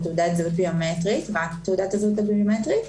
תעודת זהות ביומטרית רק תעודת הזהות הביומטרית,